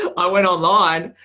i went online,